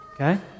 okay